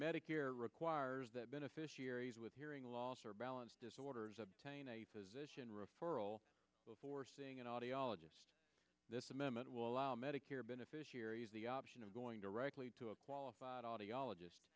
medicare requires that beneficiaries with hearing loss or balance disorders obtain a physician referral before seeing an audiologist this amendment will allow medicare beneficiaries the option of going directly to a qualified